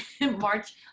March